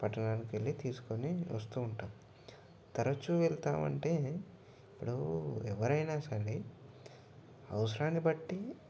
పట్టణానికి వెళ్ళి తీసుకోని వస్తూ ఉంటాం తరచూ వెళ్తామంటే ఇప్పుడు ఎవరైనా సరే అవసరాన్ని బట్టి